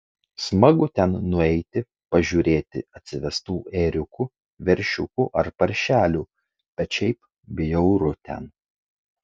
smagu ten nueiti pažiūrėti atsivestų ėriukų veršiukų ar paršelių bet šiaip bjauru ten